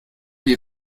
wie